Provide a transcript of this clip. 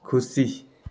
खुसी